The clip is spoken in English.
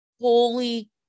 holy